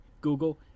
Google